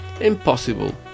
impossible